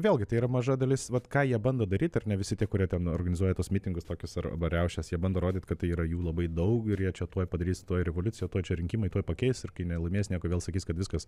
vėlgi tai yra maža dalis vat ką jie bando daryt ar ne visi tie kurie ten organizuoja tuos mitingus tokius arba riaušes jie bando rodyt kad tai yra jų labai daug ir jie čia tuoj padarys tuoj revoliucija tuoj čia rinkimai tuoj pakeis ir kai nelaimės nieko vėl sakys kad viskas